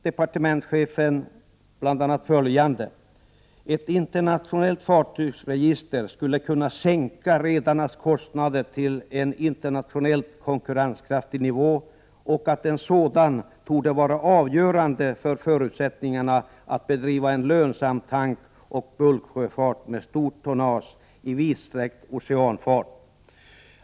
Han sade bl.a. att ett internationellt fartygsregister skulle kunna sänka redarnas kostnader till en internationellt konkurrenskraftig nivå och att det torde vara avgörande för förutsättningarna att bedriva en lönsam tankoch bulksjöfart med stort tonnage i vidsträckt oceanfart.